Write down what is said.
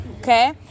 Okay